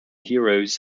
heroes